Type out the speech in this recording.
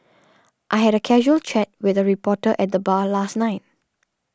I had a casual chat with a reporter at the bar last night